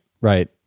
Right